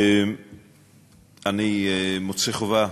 אני מוצא חובה